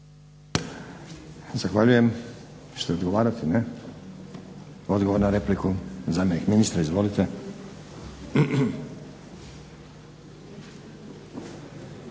Zahvaljujem. Hoćete odgovarati? Ne. Odgovor na repliku zamjenik ministra izvolite.